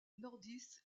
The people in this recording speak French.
nordiste